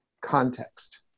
context